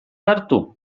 hartu